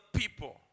people